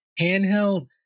handheld